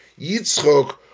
Yitzchok